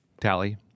Tally